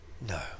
no